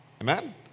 Amen